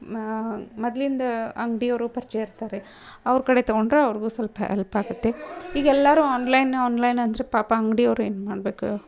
ಮೊದ್ಲಿಂದ ಅಂಗಡಿಯವ್ರು ಪರಿಚಯ ಇರ್ತಾರೆ ಅವ್ರ ಕಡೆ ತಗೊಂಡರೆ ಅವ್ರಿಗೂ ಸ್ವಲ್ಪ ಹೆಲ್ಪ್ ಆಗುತ್ತೆ ಈಗೆಲ್ಲರೂ ಆನ್ಲೈನ್ ಆನ್ಲೈನ್ ಅಂದರೆ ಪಾಪ ಅಂಗಡಿಯವ್ರು ಏನು ಮಾಡಬೇಕು